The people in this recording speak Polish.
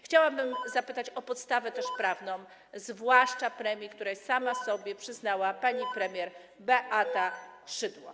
Chciałabym też zapytać o podstawę prawną zwłaszcza premii, które sama sobie przyznała pani premier Beata Szydło.